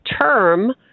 term